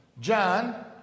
John